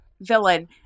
villain